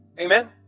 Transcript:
Amen